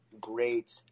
great